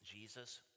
Jesus